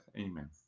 Amen